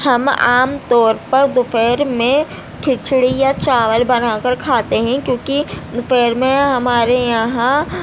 ہم عام طور پر دوپہر میں کھچڑی یا چاول بنا کر کھاتے ہیں کیوںکہ دوپہر میں ہمارے یہاں